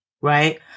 right